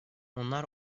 onlar